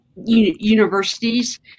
universities